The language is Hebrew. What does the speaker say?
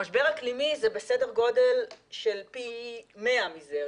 במשבר אקלימי זה בסדר גודל של פי מיליון מזה.